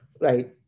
right